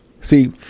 see